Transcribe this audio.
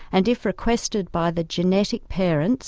and if requested by the genetic parents,